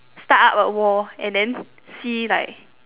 start up a war then see like